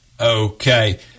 Okay